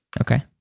Okay